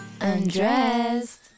Undressed